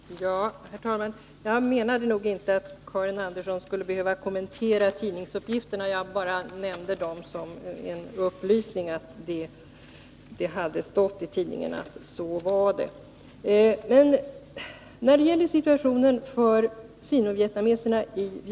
Herr talman! Jag menade inte att Karin Andersson skulle behöva kommentera tidningsuppgifterna — jag nämnde dem bara som en upplysning om vad som stått i tidningarna.